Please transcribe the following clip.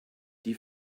die